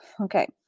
okay